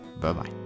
Bye-bye